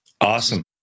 Awesome